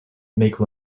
make